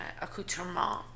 accoutrement